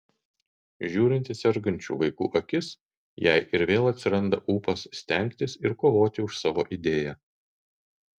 žiūrint į sergančių vaikų akis jai ir vėl atsiranda ūpas stengtis ir kovoti už savo idėją